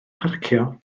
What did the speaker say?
parcio